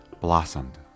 blossomed